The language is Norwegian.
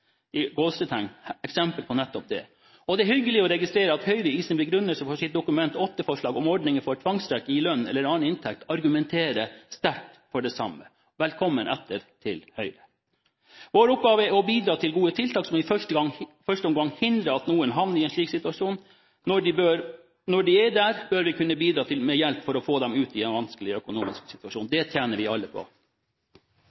eksempel på nettopp det. Det er hyggelig å registrere at Høyre i sin begrunnelse for sitt Dokument 8-forslag om ordningen med tvangstrekk i lønn eller annen inntekt argumenterer sterkt for det samme. Velkommen etter til Høyre. Vår oppgave er å bidra med gode tiltak som i første omgang hindrer at noen havner i en slik situasjon. Når de er der, bør vi kunne bidra med hjelp for å få dem ut av en vanskelig økonomisk situasjon.